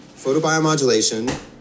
Photobiomodulation